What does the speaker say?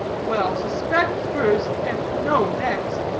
well, suspect first and know next.